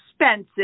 expensive –